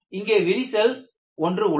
இங்கே ஒரு விரிசல் உள்ளது